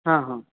ହଁ ହଁ